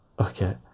okay